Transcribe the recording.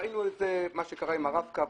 ראינו מה קרה עם הרב-קו,